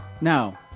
no